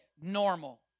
normal